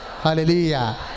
Hallelujah